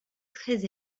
très